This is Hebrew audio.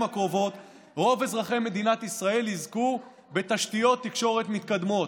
הקרובות רוב אזרחי מדינת ישראל יזכו בתשתיות תקשורת מתקדמות,